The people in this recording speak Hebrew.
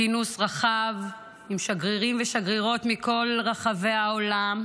בכינוס רחב עם שגרירים ושגרירות מכל רחבי העולם,